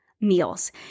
meals